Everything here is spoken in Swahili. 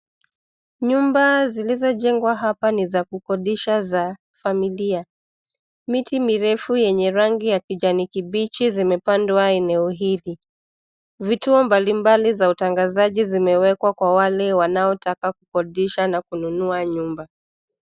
Nyumba zilizojengwa hapa ni za kukodisha za familia. Miti mirefu yenye rangi ya kijani kibichi zimepandwa eneo hili. Vituo mbali mbali za utangazaji zimewekwa kwa wale wanaotaka kukodisha na kununua nyumba.